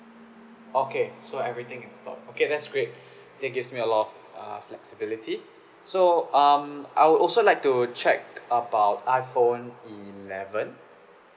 okay so everything you've got okay that's great that gives me a lot of uh flexibility so um I would also like to check about iphone eleven